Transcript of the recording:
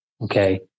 Okay